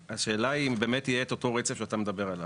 השאלה היא אם באמת יהיה את אותו רצף שאתה מדבר עליו,